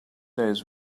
days